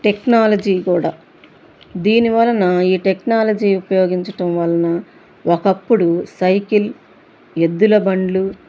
technology కూడా దీని వలన ఈ టెక్నాలజీ ఉపయోగించడం వలన ఒకప్పుడు సైకిల్ ఎద్దుల బండ్లు